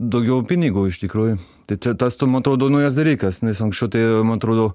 daugiau pinigų iš tikrųjų tai čia tas tu man atrodo naujas darykas nes anksčiau tai man atrodo